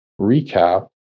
recap